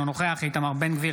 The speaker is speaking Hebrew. אינו נוכח איתמר בן גביר,